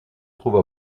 trouve